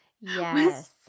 yes